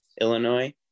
illinois